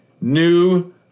new